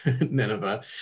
Nineveh